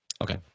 Okay